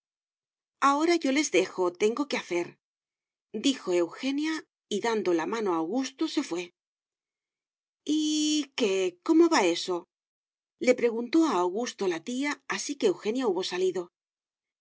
ahora yo les dejo tengo que hacerdijo eugenia y dando la mano a augusto se fué y qué cómo va eso le preguntó a augusto la tía así que eugenia hubo salido